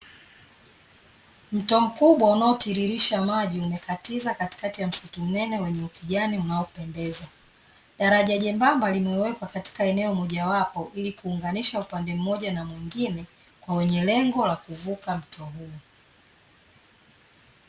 Mto mkubwa unao tiririsha maji umekatiza kati ya msitu mnene wenye ukijani unao pendeza, daraja jembamba limewekwa katika eneo moja wapo ili kuunganisha upande mmoja na mwingine, kwa wenye lengo la kuvuka mto huo.